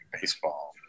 baseball